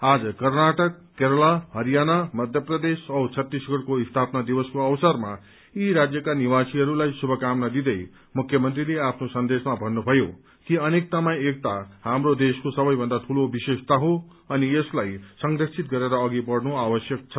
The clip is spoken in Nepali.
आज कर्नाटक केरला हरियाणा मध्य प्रदेश औ छत्तीसगढ़को स्थापना दिवसको अवसरमा यी राज्यका निवासीहरूलाई शुभकामना दिँदै मुख्यमन्त्रीले आफ्नो सन्देशमा भन्नुभयो कि अनेकतामा एकता हाम्रो देशको सबैभन्दा दूलो विशेषता हो अनि यसलाई संरक्षित गरेर अघि बढ़नु आवश्यक छ